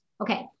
Okay